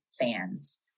fans